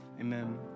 Amen